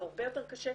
הרבה יותר קשה,